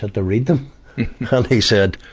to to read them. and he said,